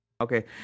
Okay